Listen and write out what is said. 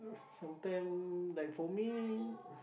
sometime like for me